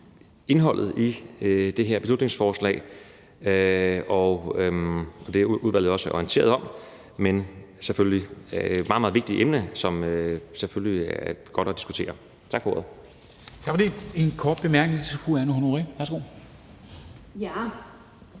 indholdet i det her beslutningsforslag, og det er udvalget også orienteret om. Men det er et meget, meget vigtigt emne, som det selvfølgelig er godt at diskutere. Tak for